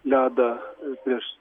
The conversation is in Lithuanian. ledą prieš